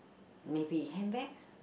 maybe handbag